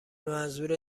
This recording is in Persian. منظور